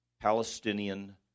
Palestinian